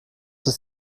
ist